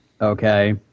okay